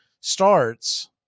starts